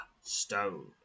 stone